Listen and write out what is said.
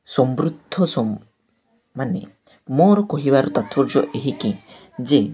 ସମୃଦ୍ଧ ସମ ମାନେ ମୋର କହିବାର ତାପ୍ତର୍ଯ୍ୟ ଏହିକି ଯେ